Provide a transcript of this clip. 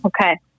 Okay